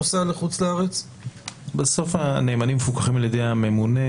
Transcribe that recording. שנצבר בנכסי קופת הנשייה עד מועד תשלום המקדמה,